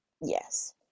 Yes